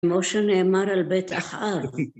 כמו שנאמר על בית אחר.